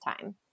time